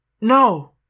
No